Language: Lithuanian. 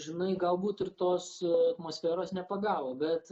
žinai galbūt ir tos atmosferos nepagavo bet